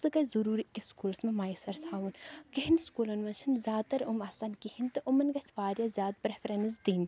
سُہ گژھہِ ضُروٗری أکِس سُکوٗلَس منٛز میسر تھاوُن کیٚہَن سکوٗلَن منٛز چھَنہٕ زیادٕ تَر یِم آسان کِہیٖنۍ تہٕ یِمَن گژھہِ واریاہ زیادٕ پرٛیٚفریٚنٕس دِنۍ